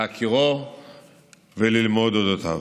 להכירו וללמוד על אודותיו.